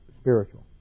spiritual